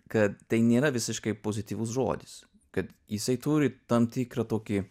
kad tai nėra visiškai pozityvus žodis kad jisai turi tam tikrą tokį